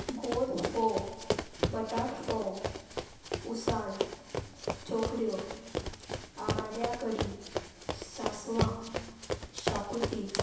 गोड फोव बटाट फोव उसाळ चोकऱ्यो आंबाड्या कडी सासवां शाकुती